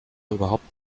überhaupt